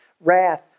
wrath